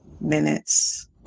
minutes